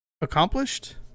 accomplished